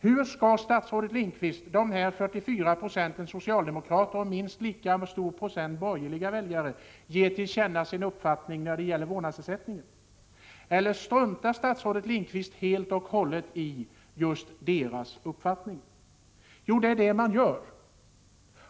Hur skall, statsrådet Lindqvist, de här 44 procenten socialdemokrater och minst lika stor procent borgerliga väljare ge till känna sin uppfattning när det gäller vårdnadsersättning? Eller struntar Bengt Lindqvist helt och hållet i just deras uppfattning? Ja, det gör man!